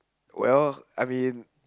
well I mean